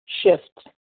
shift